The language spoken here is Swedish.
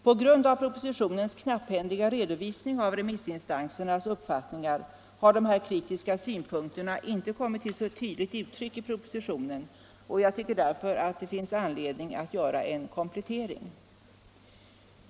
På grund av propositionens knapphändiga redovisning av remissinstansernas uppfattningar har dessa kritiska synpunkter inte kommit till så tydligt uttryck i propositionen, och jag tycker därför att det finns anledning att göra en komplettering.